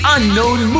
Unknown